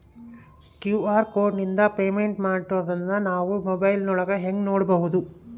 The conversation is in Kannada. ಕ್ಯೂ.ಆರ್ ಕೋಡಿಂದ ಪೇಮೆಂಟ್ ಮಾಡಿರೋದನ್ನ ನಾವು ಮೊಬೈಲಿನೊಳಗ ಹೆಂಗ ನೋಡಬಹುದು?